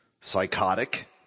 psychotic